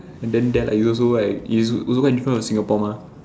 and then it also like it's also quite different from Singapore mah